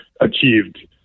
achieved